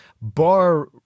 bar